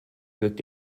wirkt